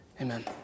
amen